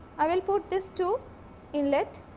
i will put this two inlet